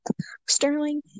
Sterling